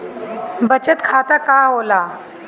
बचत खाता का होला?